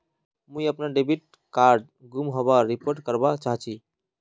मुई अपना debit card गूम होबार रिपोर्ट करवा चहची